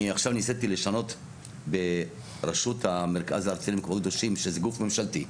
אני עכשיו ניסיתי לשנות במרכז הארצי למקומות קדושים שזה גוף ממשלתי,